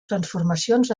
transformacions